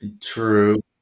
True